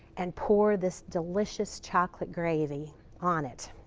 and pour this delicious chocolate gravy on it.